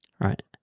right